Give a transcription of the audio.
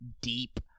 deep